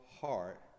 heart